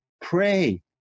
pray